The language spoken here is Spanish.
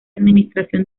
administración